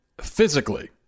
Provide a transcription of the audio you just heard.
physically